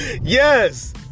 yes